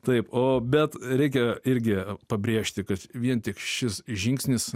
taip o bet reikia irgi pabrėžti kad vien tik šis žingsnis